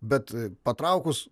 bet patraukus